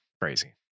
crazy